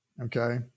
Okay